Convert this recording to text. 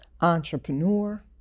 entrepreneur